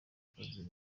kazi